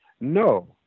No